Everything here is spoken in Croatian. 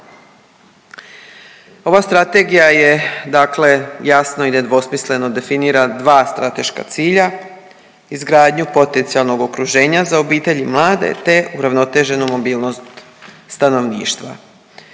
Ova Strategija je dakle jasno i nedvosmisleno definira dva strateška cilja, izgradnju potencijalnog okruženja za obitelj i mlade te uravnoteženu mobilnost stanovništva.